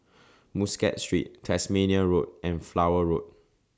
Muscat Street Tasmania Road and Flower Road